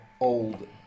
old